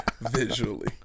Visually